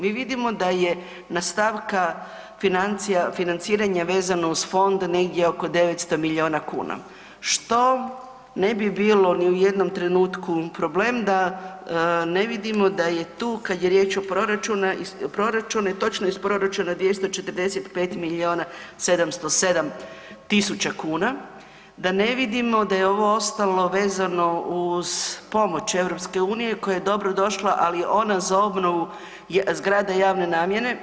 Mi vidimo da je na stavka financija, financiranja vezano uz fond negdje oko 900 milijuna kuna, što ne bi bilo ni u jednom trenutku problem da ne vidimo da je tu kad je riječ o proračunu, i točno iz proračuna 245 milijuna 707 tisuća kuna, da ne vidimo da je ovo ostalo vezano uz pomoć EU koja je dobro došla, ali ona za obnovu zgrade javne namjene.